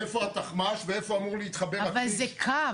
איפה התחמ"ש ואיפה אמור להתחבר --- אבל זה קו.